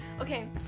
Okay